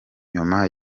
nyuma